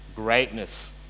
Greatness